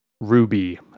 ruby